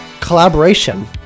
collaboration